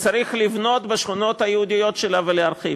וצריך לבנות בשכונות היהודיות שלה ולהרחיב.